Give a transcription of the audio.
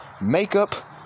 makeup